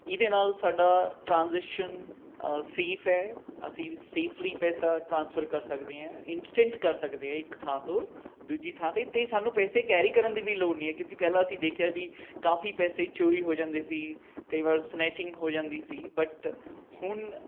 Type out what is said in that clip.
ਇਹਦੇ ਨਾਲ ਸਾਡਾ ਟ੍ਰਾਂਜ਼ੈਕਸ਼ਨ ਸੇਫ਼ ਹੈ ਅਸੀਂ ਸੇਫਲੀ ਪੈਸਾ ਟਰਾਂਸਫਰ ਕਰ ਸਕਦੇ ਐਂ ਇੰਸਟੈਂਟ ਕਰ ਸਕਦੇ ਹੈ ਇੱਕ ਥਾਂ ਤੋਂ ਦੂਜੀ ਥਾਂ 'ਤੇ ਅਤੇ ਸਾਨੂੰ ਪੈਸੇ ਕੈਰੀ ਕਰਨ ਦੀ ਵੀ ਲੋੜ ਨਹੀਂ ਹੈ ਕਿਉਂਕਿ ਪਹਿਲਾਂ ਅਸੀਂ ਦੇਖਿਆ ਵੀ ਕਾਫੀ ਪੈਸੇ ਚੋਰੀ ਹੋ ਜਾਂਦੇ ਸੀ ਕਈ ਵਾਰ ਸਨੈਚਿੰਗ ਹੋ ਜਾਂਦੀ ਸੀ ਬੱਟ ਹੁਣ